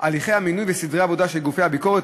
הליכי המינוי וסדרי העבודה של גופי הביקורת,